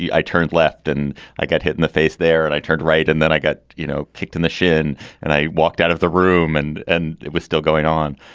i turned left and i got hit in the face there and i turned right. and then i got, you know, kicked in the shin and i walked out of the room and and it was still going on.